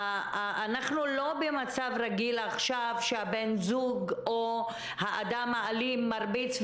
אנחנו לא במצב רגיל עכשיו שהבן זוג או האדם האלים מרביץ,